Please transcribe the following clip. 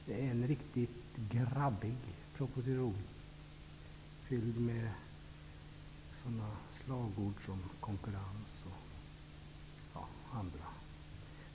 Det är en riktigt ''grabbig'' proposition fylld med sådana slagord som t.ex. ''konkurrens''.